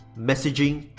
messaging,